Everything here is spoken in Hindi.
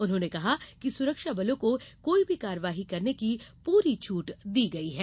उन्होंने कहा कि सुरक्षा बलों को कोई भी कार्यवाही करने की पूरी छूट दी गई है